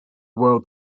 world